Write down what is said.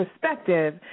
perspective